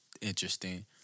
interesting